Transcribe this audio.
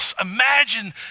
Imagine